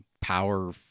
power